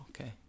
okay